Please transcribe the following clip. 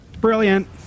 brilliant